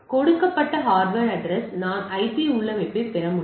கொடுக்கப்பட்ட hardware address நான் IP உள்ளமைவைப் பெற முடியும்